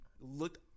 Look